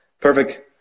Perfect